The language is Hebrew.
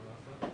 משרד הבריאות,